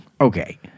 Okay